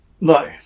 No